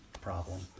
problem